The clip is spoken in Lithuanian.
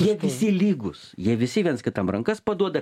jie visi lygūs jie visi viens kitam rankas paduoda